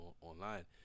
online